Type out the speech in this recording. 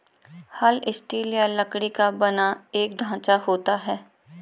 हल स्टील या लकड़ी का बना एक ढांचा होता है